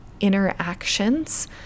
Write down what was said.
interactions